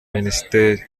minisiteri